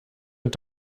und